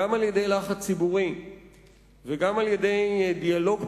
גם על-ידי לחץ ציבורי וגם על-ידי דיאלוג פרלמנטרי,